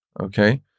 okay